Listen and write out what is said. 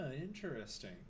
Interesting